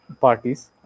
parties